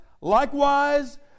likewise